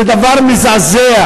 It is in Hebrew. זה דבר מזעזע.